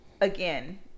again